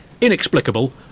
inexplicable